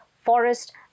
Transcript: forest